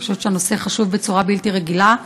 אני חושבת שהנושא חשוב בצורה בלתי רגילה.